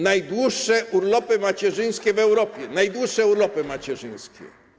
Najdłuższe urlopy macierzyńskie w Europie, najdłuższe urlopy macierzyńskie.